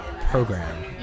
program